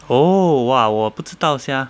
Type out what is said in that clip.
oh !wah! 我不知道 sia